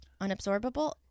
Unabsorbable